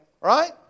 Right